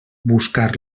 buscar